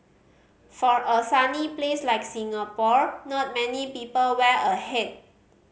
for a sunny place like Singapore not many people wear a hat